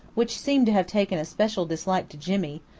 which seemed to have taken a special dislike to jimmy,